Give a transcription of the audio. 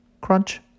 crunch